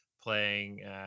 playing